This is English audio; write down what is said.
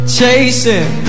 chasing